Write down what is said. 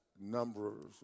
numbers